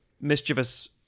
mischievous